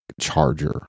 charger